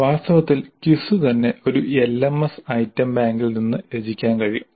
വാസ്തവത്തിൽ ക്വിസ് തന്നെ ഒരു എൽഎംഎസ് ഐറ്റം ബാങ്കിൽ നിന്ന് രചിക്കാൻ കഴിയും